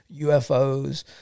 UFOs